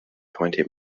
twenty